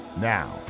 now